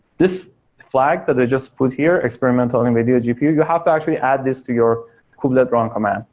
this flag that they just put here experimental, nvidia gpu, you have to actually add this to your kubelet run command.